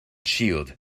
shield